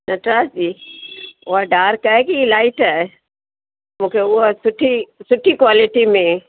नटराज जी उहा डार्क आहे कि लाइट आहे मूंखे उहा सुठी सुठी क्वालिटी में